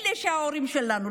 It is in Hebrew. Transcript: אלה ההורים שלנו.